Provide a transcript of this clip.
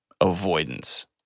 Avoidance